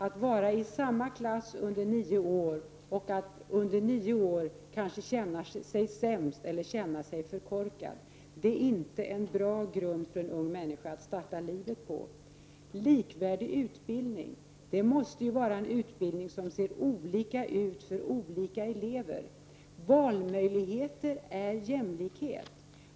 Att vara i samma klass under nio år och att under nio år känna sig sämst och för korkad är inte en bra grund för en ung människa att starta livet på. Likvärdig utbildning måste vara en utbildning som ser olika ut för olika elever. Valmöjligheter är jämlikhet.